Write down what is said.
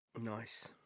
nice